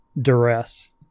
Duress